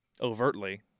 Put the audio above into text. overtly